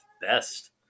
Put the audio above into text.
best